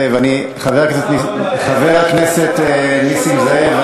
חבר הכנסת נסים זאב,